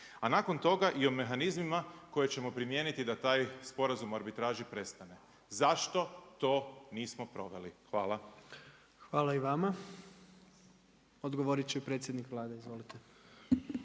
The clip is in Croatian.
a nakon toga i o mehanizmima koje ćemo primijeniti da taj Sporazum o arbitraži prestane. Zašto to nismo proveli? Hvala. **Jandroković, Gordan (HDZ)** Hvala i vama. Odgovorit će predsjednik Vlade. Izvolite.